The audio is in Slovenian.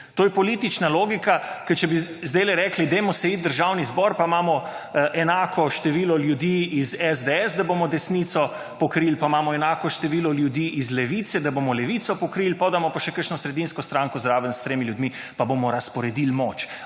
To je politična logika. Ker če bi zdajle rekli, dajmo se iti Državni zbor, pa imamo enako število ljudi iz SDS, da bomo desnico pokrili, pa imamo enako število ljudi iz Levice, da bomo levico pokrili, potem damo pa še kakšno sredinsko stranko zraven s tremi ljudmi – pa bomo razporedili moč.